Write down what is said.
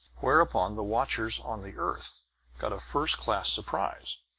whereupon the watchers on the earth got a first-class surprise.